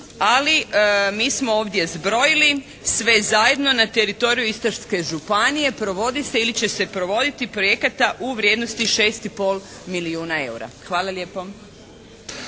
ali mi smo ovdje zbrojili sve zajedno na teritoriju Istarske županije provodi se ili će se provoditi projekata u vrijednosti 6,5 milijuna eura. Hvala lijepo.